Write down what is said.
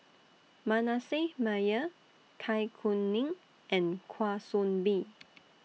Manasseh Meyer Zai Kuning and Kwa Soon Bee